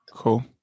cool